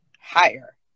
higher